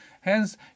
hence